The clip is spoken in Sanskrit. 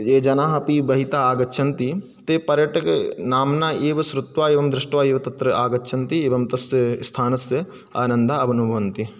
ये जनाः अपि बहिः तः आगच्छन्ति ते पर्यटकनाम्ना एव श्रुत्वा एवं दृष्ट्वा एव तत्र आगच्छन्ति एवं तस्य स्थानस्य आनन्दम् अनुभवन्ति